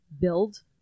build